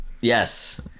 Yes